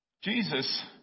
Jesus